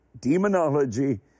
Demonology